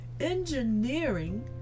engineering